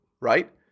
right